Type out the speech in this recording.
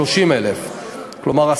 30,000. כלומר,